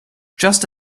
just